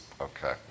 Okay